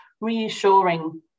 reassuring